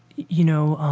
you know,